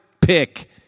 Pick